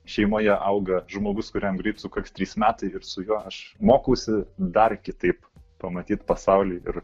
šeimoje auga žmogus kuriam greit sukaks trys metai ir su juo aš mokausi dar kitaip pamatyt pasaulį ir